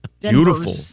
Beautiful